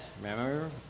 remember